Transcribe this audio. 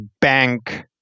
bank